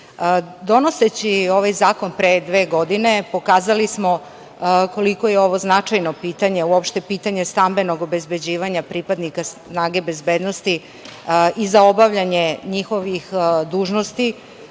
ovaj zakon pre dve godine pokazali smo koliko je ovo značajno pitanje, uopšte pitanje stambenog obezbeđivanja pripadnika snaga bezbednosti i za obavljanje njihovih dužnosti,